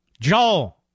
Joel